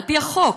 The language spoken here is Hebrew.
על-פי החוק,